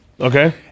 Okay